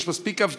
יש מספיק אבטלה,